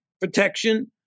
protection